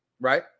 right